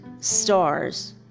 stars